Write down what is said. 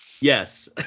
Yes